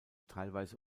teilweise